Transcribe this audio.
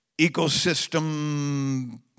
ecosystem